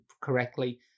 correctly